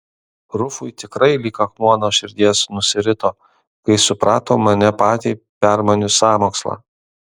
rufui tikrai lyg akmuo nuo širdies nusirito kai suprato mane patį permanius sąmokslą